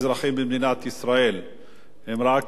הם רק מסתכלים בשאט-נפש